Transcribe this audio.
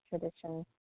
traditions